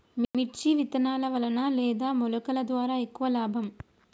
మిర్చి విత్తనాల వలన లేదా మొలకల ద్వారా ఎక్కువ లాభం?